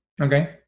Okay